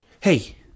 Hey